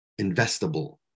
investable